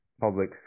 public